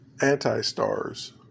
anti-stars